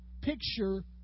picture